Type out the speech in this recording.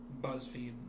BuzzFeed